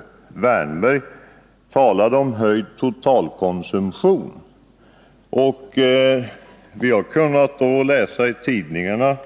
Erik Wärnberg talade om höjd totalkönsumtion, men vi har kunnat läsa i tidningarna,